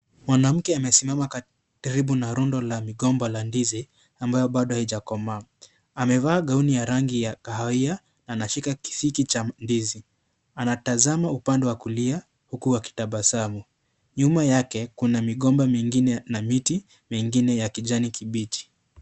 Mwanamke amesimama karibu na rondo la migomba la ndizi ambayo bado haijakomaa. Amevaa gauni ya rangi ya kahawia na anashika kisiki cha ndizi. Anatazama upande wa kulia huku wakitabasamu. Nyuma yake kuna migomba mingine na miti mingine ya kijani kibichi.